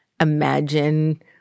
imagine